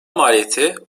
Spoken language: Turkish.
maliyeti